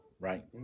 right